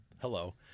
hello